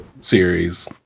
series